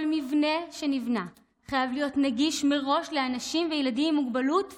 כל מבנה שנבנה חייב להיות נגיש מראש לאנשים וילדים עם מוגבלות פיזית.